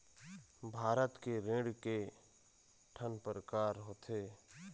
भारत के ऋण के ठन प्रकार होथे?